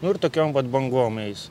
nu ir tokiom vat bangom eis